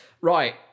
Right